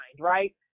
right